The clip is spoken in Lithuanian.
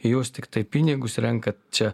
jūs tiktai pinigus renkat čia